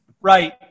Right